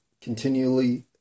continually